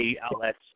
outlets